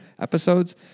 episodes